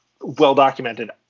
well-documented